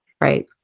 Right